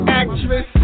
actress